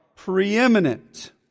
preeminent